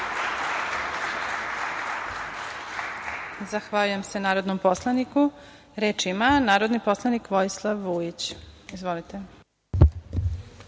Zahvaljujem se narodnom poslanik. Reč ima narodni poslanik Vojislav Vujić. Izvolite.